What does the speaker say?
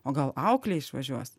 o gal auklė išvažiuos